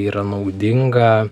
yra naudinga